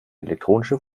elektronische